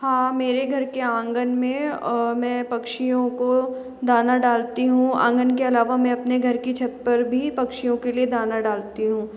हाँ मेरे घर के आँगन में मैं पक्षियों को दाना डालती हूँ आँगन के अलावा मैं अपने घर की छत पर भी पक्षिओं के लिए दाना डालती हूँ